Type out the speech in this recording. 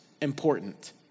important